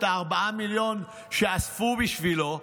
או את ה-4 מיליון שאספו בשבילו.